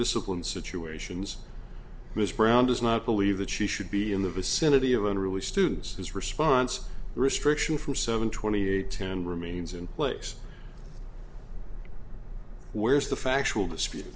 discipline situations ms brown does not believe that she should be in the vicinity of unruly students his response restriction from seven twenty eight ten remains in place where's the factual dispute